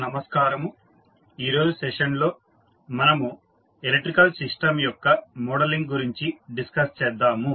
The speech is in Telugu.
నమస్కారము ఈరోజు సెషన్ లో మనము ఎలక్ట్రికల్ సిస్టం యొక్క మోడలింగ్ గురించి డిస్కస్ చేద్దాము